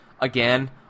again